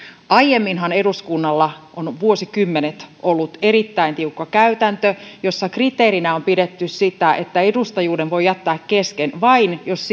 aiemminhan eduskunnalla on on vuosikymmenet ollut erittäin tiukka käytäntö jossa kriteerinä on pidetty sitä että edustajuuden voi jättää kesken vain jos